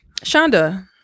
Shonda